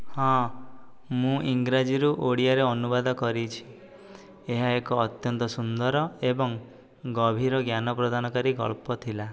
ହଁ ମୁଁ ଇଂରାଜୀ ରୁ ଓଡ଼ିଆ ରେ ଅନୁବାଦ କରିଛି ଏହା ଏକ ଅତ୍ୟନ୍ତ ସୁନ୍ଦର ଏବଂ ଗଭୀର ଜ୍ଞାନ ପ୍ରଦାନକାରୀ ଗଳ୍ପ ଥିଲା